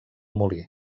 molí